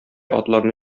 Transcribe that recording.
атларны